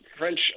French